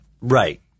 Right